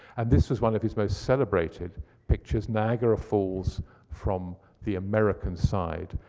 and this is one of his most celebrated pictures, niagra falls from the american side,